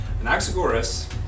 Anaxagoras